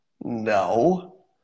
No